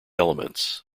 elements